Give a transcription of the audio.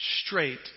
straight